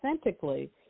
authentically